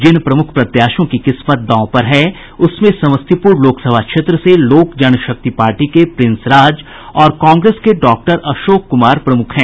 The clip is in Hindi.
जिन प्रमुख प्रत्याशियों की किस्मत दांव पर हैं उसमें समस्तीपुर लोकसभा क्षेत्र से लोक जन शक्ति पार्टी के प्रिंस राज और कांग्रेस के डॉक्टर अशोक कुमार प्रमुख है